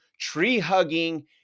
tree-hugging